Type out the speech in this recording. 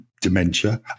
dementia